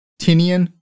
Tinian